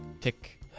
Tick